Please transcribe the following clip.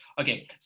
okay